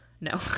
No